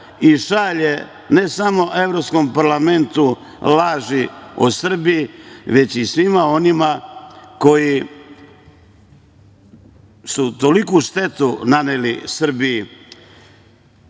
i šalje ne samo Evropskom parlamentu laži o Srbiji, već i svima onima koji su toliku štetu naneli Srbiji. Mislim,